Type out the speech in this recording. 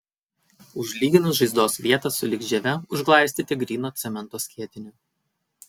užlyginus žaizdos vietą sulig žieve užglaistyti gryno cemento skiediniu